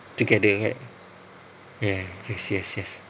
together right ya yes yes yes